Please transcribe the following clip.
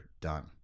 done